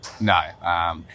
No